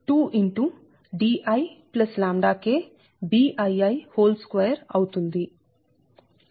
ఇది 69 వ సమీకరణం